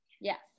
Yes